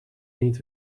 niet